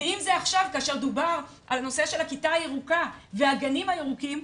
ואם זה עכשיו כאשר דובר על נושא של הכיתה הירוקה והגנים הירוקים,